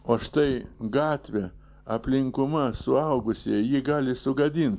o štai gatvė aplinkuma suaugusieji jį gali sugadint